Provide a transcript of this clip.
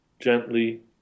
gently